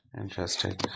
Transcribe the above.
Interesting